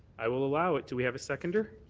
i will allow it. do we have a seconder?